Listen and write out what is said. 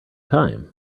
time